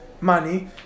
money